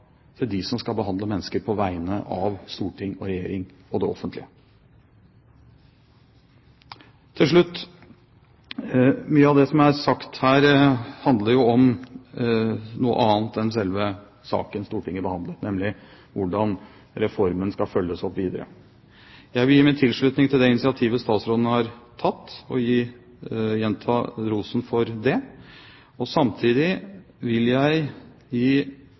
til de som skal behandle mennesker på vegne av storting og regjering og det offentlige. Til slutt: Mye av det som er sagt her, handler jo om noe annet enn selve saken Stortinget behandler, nemlig hvordan reformen skal følges opp videre. Jeg vil gi min tilslutning til det initiativet statsråden har tatt, og gjenta rosen for det, og samtidig vil jeg gi